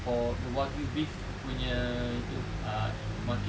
for the wagyu beef punya itu ah market